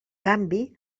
canvi